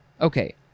Okay